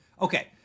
Okay